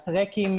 הטרקים,